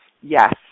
Yes